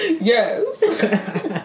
Yes